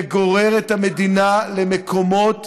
וגורר את המדינה למקומות